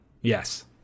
Yes